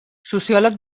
sociòleg